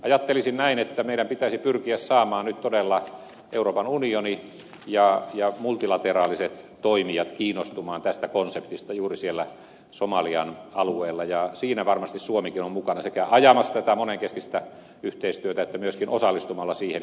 ajattelisin näin että meidän pitäisi pyrkiä saamaan nyt todella euroopan unioni ja multilateraaliset toimijat kiinnostumaan tästä konseptista juuri siellä somalian alueella ja siinä varmasti suomikin on mukana sekä ajamassa tätä monenkeskistä yhteistyötä että myöskin osallistumalla siihen